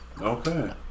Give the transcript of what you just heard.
Okay